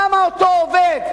למה אותו עובד,